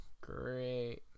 Great